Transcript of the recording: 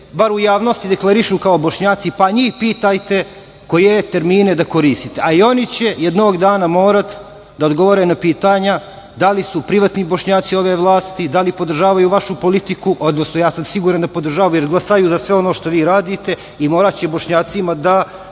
bar u javnosti deklarišu kao Bošnjaci, pa njih pitajte koje termine da koristite, a i oni će jednog dana morati da odgovore na pitanja da li su privatni Bošnjaci ove vlasti, da li podržavaju vašu politiku, odnosno ja sam siguran da podržavaju jer glasaju za sve ono što vi radite i moraće Bošnjacima da